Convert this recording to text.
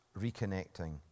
reconnecting